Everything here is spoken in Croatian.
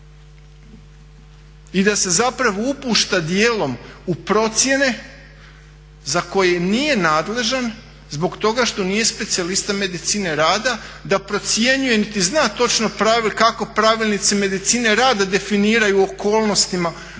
i da se zapravo upušta dijelom u procjene za koje nije nadležan zbog toga što nije specijalista medicine rada da procjenjuje niti zna točno kako pravilnici medicine rada definiraju okolnostima u kojima